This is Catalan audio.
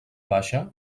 baixa